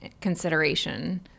consideration